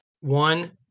One